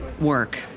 work